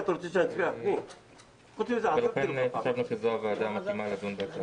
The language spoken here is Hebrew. אנחנו חושבים שזו הוועדה המתאימה לעריכת הדיון המדובר.